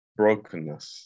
brokenness